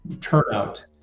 turnout